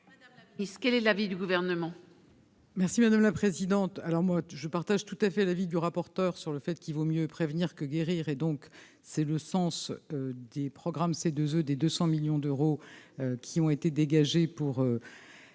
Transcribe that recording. Madame la Ministre, quel est l'avis du gouvernement.